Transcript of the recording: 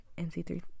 nc3